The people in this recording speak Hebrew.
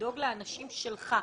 לדאוג לאנשים שלך,